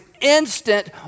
instant